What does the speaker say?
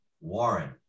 Warren